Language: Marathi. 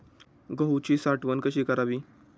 गहूची साठवण कशी करावी?